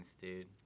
dude